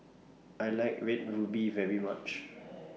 I like Red Ruby very much